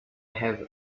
have